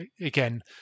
Again